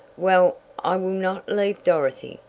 well, i will not leave dorothy,